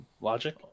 logic